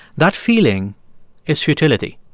that feeling is futility.